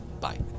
Bye